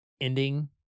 ending